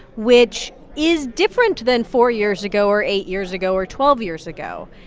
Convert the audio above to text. which is different than four years ago, or eight years ago or twelve years ago.